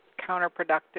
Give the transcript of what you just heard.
counterproductive